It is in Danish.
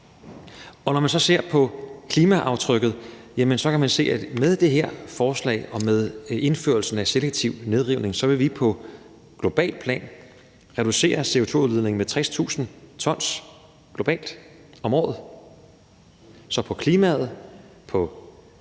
Og når man så ser på klimaaftrykket, kan man se, at med det her forslag og med indførelsen af selektiv nedrivning, så vil vi på globalt plan reducere CO2-udledningen med 60.000 t om året. Så på klimaområdet